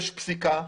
יש פסיקה,